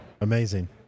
amazing